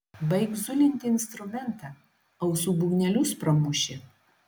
baik zulinti instrumentą ausų būgnelius pramuši